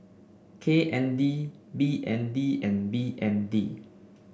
K N D B N D and B N D